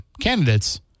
candidates